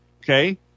Okay